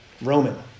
Roman